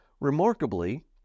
Remarkably